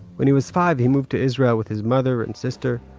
when he was five, he moved to israel with his mother and sister.